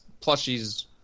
plushies